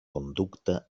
conducte